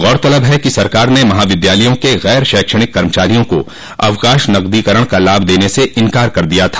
गौरतलब है कि सरकार ने महाविद्यालयों के गैर शैक्षणिक कर्मचारियों को अवकाश नकदीकरण का लाभ देने से इनकार कर दिया था